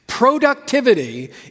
Productivity